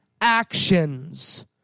actions